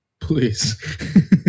Please